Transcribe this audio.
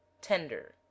Tender